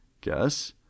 guess